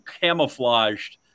camouflaged